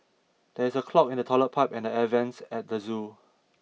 there is a clog in the toilet pipe and the air vents at the zoo